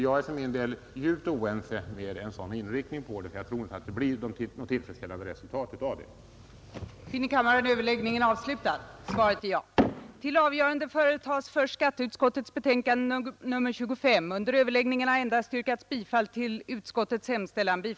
Jag är för min del djupt oense med herr Fredriksson i fråga om en sådan inriktning, eftersom jag inte tror att det blir något tillfredsställande resultat av det hela.